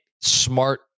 smart